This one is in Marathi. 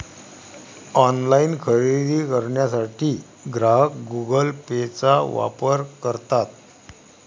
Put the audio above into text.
ऑनलाइन खरेदी करण्यासाठी ग्राहक गुगल पेचा वापर करतात